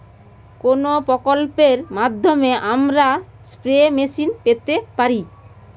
কোন প্রকল্পের মাধ্যমে আমরা স্প্রে মেশিন পেতে পারি?